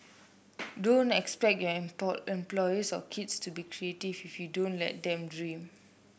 don't expect your employees or kids to be creative if you don't let them dream